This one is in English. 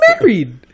married